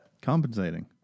Compensating